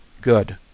Good